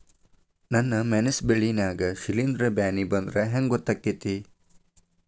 ನನ್ ಮೆಣಸ್ ಬೆಳಿ ನಾಗ ಶಿಲೇಂಧ್ರ ಬ್ಯಾನಿ ಬಂದ್ರ ಹೆಂಗ್ ಗೋತಾಗ್ತೆತಿ?